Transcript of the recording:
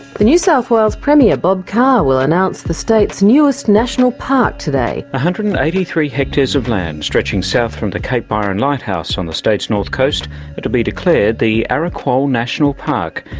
the new south wales premier bob carr will announce the state's newest national park today. one hundred and eighty three hectares of land stretching south from the cape byron lighthouse on the state's north coast are to be declared the arakwal national park.